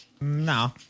No